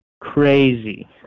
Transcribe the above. crazy